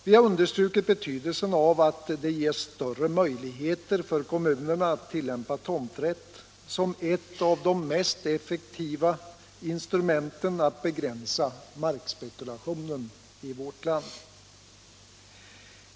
Vi har understrukit betydelsen av att det ges större möjligheter för kommunerna att tillämpa tomträtt som ett av de mest effektiva instrumenten att begränsa markspekulationen i vårt land.